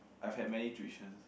I've had many tuitions